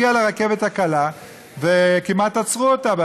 הגיעה לרכבת הקלה וכמעט עצרו אותה,